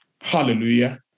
Hallelujah